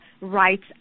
rights